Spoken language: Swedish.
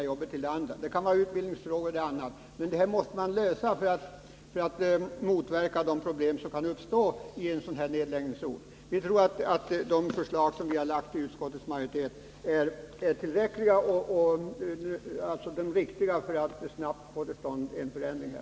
Lösningarna kan gälla utbildningsfrågor och annat, och de måste till för att man skall kunna motverka de problem som kan uppstå i en nedläggningsort. Vi tror alltså att de förslag som utskottsmajoriteten tillstyrkt är tillräckliga och att de innehåller de åtgärder som är riktiga för att man snabbt skall få till stånd en förbättring här.